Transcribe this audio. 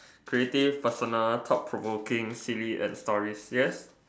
creative personal thought provoking silly and story yes